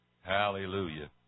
Hallelujah